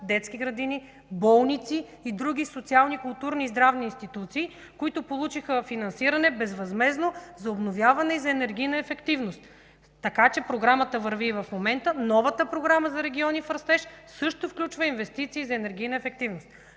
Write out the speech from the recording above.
детски градини, болници и други социални, културни и здравни институции, които получиха безвъзмездно финансиране за обновяване и енергийна ефективност. Програмата върви и в момента. Новата Програма „Региони в растеж” също включва инвестиции за енергийна ефективност.